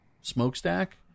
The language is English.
smokestack